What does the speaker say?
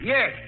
Yes